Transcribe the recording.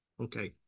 Okay